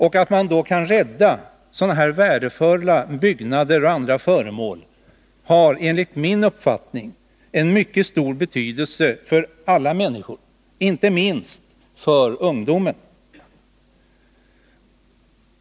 Det förhållandet att man kan rädda värdefulla byggnader och andra föremål har enligt min uppfattning en mycket stor betydelse för alla människor, inte minst för ungdomen.